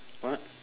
what